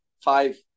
five